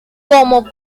como